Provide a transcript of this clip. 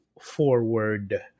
forward